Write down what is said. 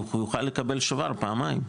יוכל לקבל שובר פעמיים.